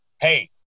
hey